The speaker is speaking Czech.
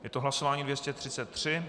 Je to hlasování 233.